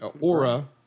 aura